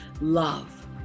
love